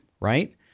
right